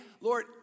Lord